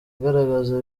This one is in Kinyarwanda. agaragaza